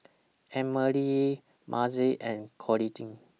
Emmalee Mazie and Coolidge